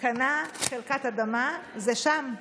קנה חלקת אדמה זה שם.